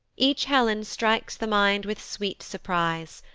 each helen strikes the mind with sweet surprise,